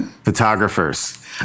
Photographers